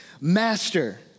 master